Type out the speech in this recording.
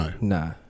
No